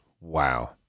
Wow